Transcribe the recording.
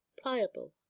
pliable